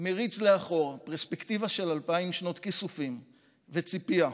מריץ לאחור פרספקטיבה של אלפיים שנות כיסופים וציפייה,